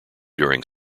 during